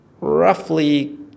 roughly